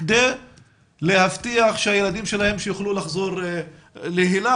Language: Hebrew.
כדי להבטיח שהילדים שלהם יוכלו לחזור לתוכנית היל"ה,